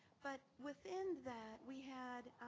but within that, we had